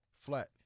Flat